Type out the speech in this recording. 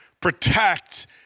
Protect